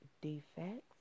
defects